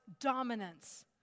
dominance